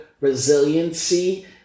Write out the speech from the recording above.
Resiliency